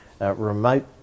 remote